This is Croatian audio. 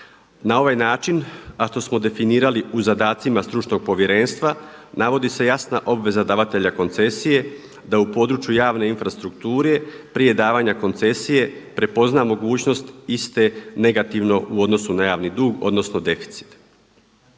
Na ovaj način, a to smo definirali u zadacima stručnog povjerenstva navodi se jasna obaveza davatelja koncesije da u području javne infrastrukture prije davanja koncesije prepozna mogućnost iste negativno u odnosu na javni dug, odnosno deficit.